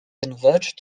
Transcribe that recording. converged